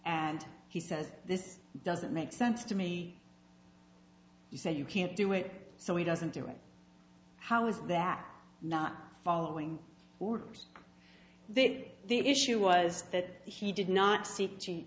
and he says this doesn't make sense to me you say you can't do it so he doesn't do it how is that not following orders then the issue was that he did not